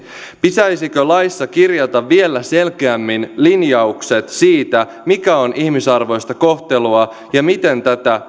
pitäisikö laissa kirjata vielä selkeämmin linjaukset siitä mikä on ihmisarvoista kohtelua ja miten tätä